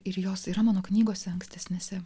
ir jos yra mano knygose ankstesnėse